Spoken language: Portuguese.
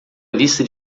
lista